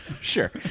Sure